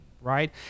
right